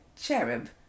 Cherub